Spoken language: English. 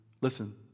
listen